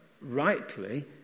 rightly